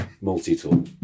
Multi-tool